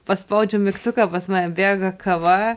paspaudžiu mygtuką pas mane bėga kava